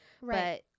Right